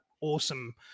awesome